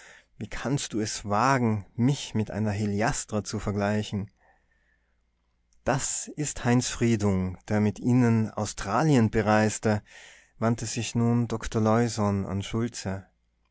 wie kannst du es wagen mich mit einer heliastra zu vergleichen das ist heinz friedung der mit ihnen australien bereiste wandte sich nun doktor leusohn an schultze